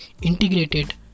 integrated